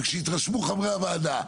וכשיתרשמו חברי הוועדה,